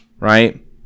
right